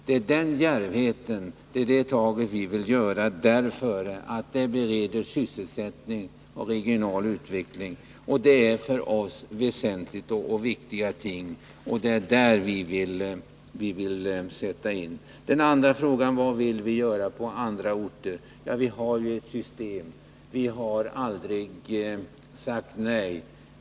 Det är den djärvheten som vi vill visa, och det är dessa tag vi vill ta för att bereda sysselsättning och få till stånd en regional utveckling. Det är för oss väsentliga och viktiga ting. Det är där vi vill sätta in åtgärder. Den andra frågan var: Vad vill vi göra på andra orter? Ja, vi har ju ett system — vi har aldrig sagt nej.